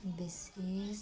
विशेष